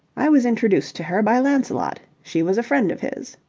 i was introduced to her by lancelot. she was a friend of his.